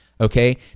Okay